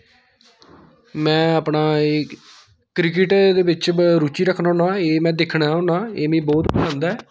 मै अपना एह् क्रिकेट दे बिच्च रूचि रक्खनां होन्नां एह् मै दिक्खना होन्ना एह् मि बोह्त पसंद ऐ